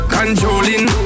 Controlling